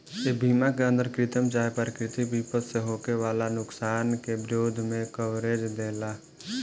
ए बीमा के अंदर कृत्रिम चाहे प्राकृतिक विपद से होखे वाला नुकसान के विरोध में कवरेज देला